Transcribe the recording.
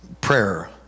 Prayer